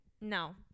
No